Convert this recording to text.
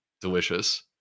delicious